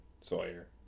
sawyer